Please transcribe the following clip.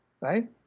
right